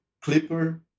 Clipper